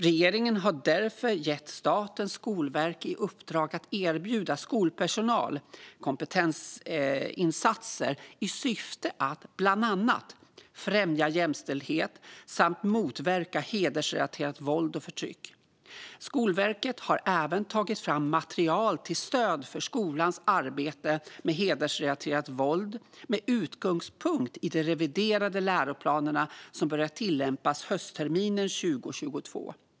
Regeringen har därför gett Statens skolverk i uppdrag att erbjuda skolpersonal kompetensinsatser i syfte att bland annat främja jämställdhet samt motverka hedersrelaterat våld och förtryck. Skolverket har även tagit fram material till stöd för skolans arbete med hedersrelaterat våld med utgångspunkt i de reviderade läroplaner som börjar tillämpas höstterminen 2022.